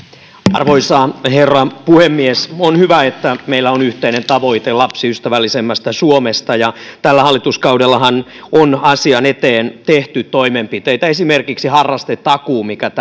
arvoisa herra puhemies on hyvä että meillä on yhteinen tavoite lapsiystävällisemmästä suomesta ja tällä hallituskaudellahan on asian eteen tehty toimenpiteitä esimerkiksi harrastetakuu mikä täällä